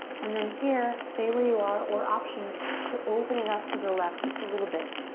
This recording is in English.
and then here stay where you are or option to open it up to the left just a little bit.